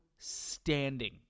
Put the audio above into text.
standing